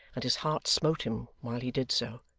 and his heart smote him while he did so.